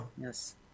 yes